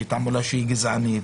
שהיא גזענית,